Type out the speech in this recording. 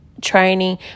training